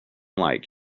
like